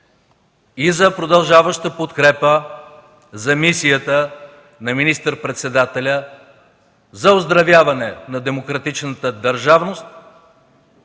и за продължаваща подкрепа за мисията на министър-председателя за оздравяване на демократичната държавност,